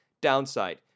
downside